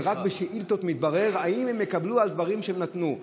ורק בשאילתות מתברר אם הם יקבלו על דברים שהם נתנו?